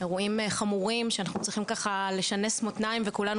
מהחמורים שאנחנו צריכים לשנס מותניים וכולנו